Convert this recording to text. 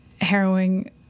harrowing